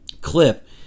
clip